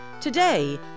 Today